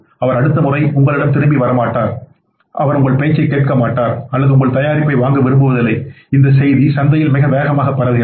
அவர் அடுத்த முறை உங்களிடம் திரும்பி வரமாட்டார் அவர் உங்கள் பேச்சைக் கேட்க மாட்டார் அல்லது உங்கள் தயாரிப்பை வாங்க விரும்புவதில்லை இந்த செய்தி சந்தையில் மிக வேகமாக பரவுகிறது